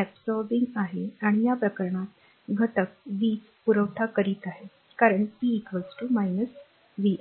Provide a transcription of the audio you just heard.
absorbingशोषक आहे आणि या प्रकरणात घटक वीज पुरवठा करीत आहे कारण p v i